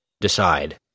decide